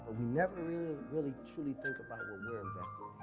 never really, really, truly think about what we are investing,